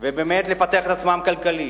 ובאמת לפתח את עצמם כלכלית,